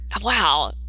wow